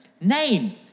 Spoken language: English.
Name